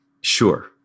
sure